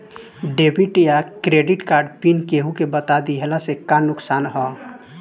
Debit या credit card pin केहूके बता दिहला से का नुकसान ह?